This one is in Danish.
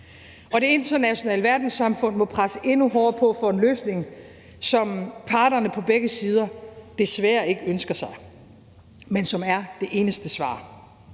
Det internationale verdenssamfund må presse endnu hårdere på for en løsning, som parterne på begge sider desværre ikke ønsker, men som er det eneste svar: